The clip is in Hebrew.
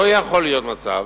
לא יכול להיות מצב,